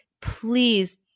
Please